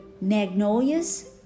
Magnolias